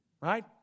right